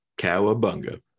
Cowabunga